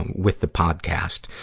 with the podcast.